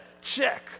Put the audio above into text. Check